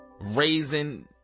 Raising